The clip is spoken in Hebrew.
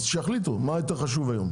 אז שיחליטו מה יותר חשוב היום,